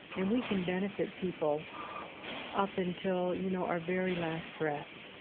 and we can benefit people up until, you know, our very last breath.